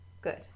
Good